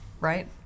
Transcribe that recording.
right